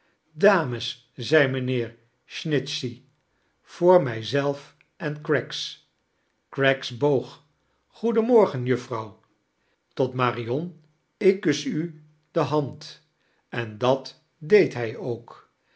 zei mijnheer snitchey voor mij zelf en craggs craggs boog goeden morgen juffrouw tot marion ik kus u d hand en dat deed hij ook